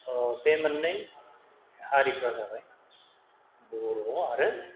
बे मोननै हारिफोरा जाबाय बर' आरो